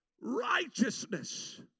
righteousness